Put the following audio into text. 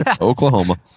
Oklahoma